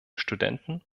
studenten